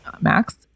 Max